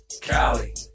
Cali